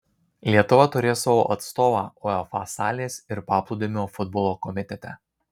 lietuva turės savo atstovą uefa salės ir paplūdimio futbolo komitete